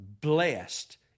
blessed